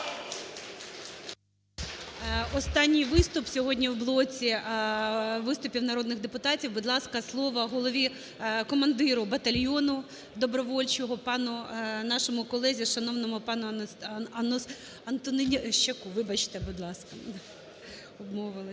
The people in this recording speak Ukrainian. Останній виступ сьогодні у блоці виступів народних депутатів. Будь ласка, слово голові, командиру батальйону добровольчого, нашому колезі шановному, пану …Антонищаку. Вибачте, будь ласка, обмовилася.